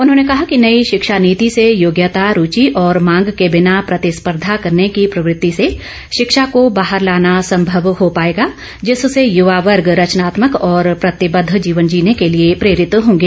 उन्होंने कहा कि नई शिक्षा नीति से योग्यता रूचि और मांग के बिना प्रतिस्पर्धा करने की प्रवृति से शिक्षा को बाहर लाना संभव हो पाएगा जिससे युवा वर्ग रचनात्मक और प्रतिबद्ध जीवन जीने के लिए प्रेरित होंगे